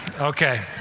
Okay